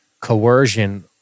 coercion